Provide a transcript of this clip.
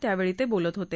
त्यावेळी ते बोलत होते